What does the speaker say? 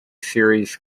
series